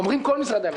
כל משרדי הממשלה?